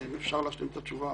אפשר להשלים את התשובה?